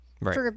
Right